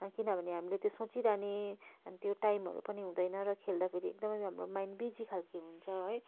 किनभने हामीले त्यो सोचिरहने त्यो टाइमहरू पनि हुँदैन र खेल्दाखेरि एकदमै हाम्रो माइन्ड बिजी खालको हुन्छ है